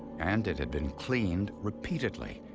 and it had been cleaned repeatedly.